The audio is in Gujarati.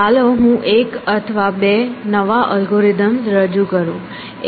ચાલો હું એક અથવા બે નવા અલ્ગોરિધમ્સ રજૂ કરું